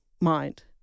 mind